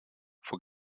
vor